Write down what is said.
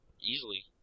Easily